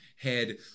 head